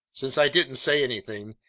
since i didn't say anything,